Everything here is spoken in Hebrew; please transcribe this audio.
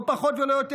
לא פחות ולא יותר.